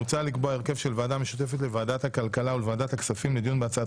מוצע לקבוע הרכב של ועדה משותפת לוועדת הכלכלה ולוועדת הכספים בהצעת